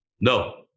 No